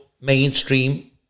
mainstream